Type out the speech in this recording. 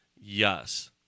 Yes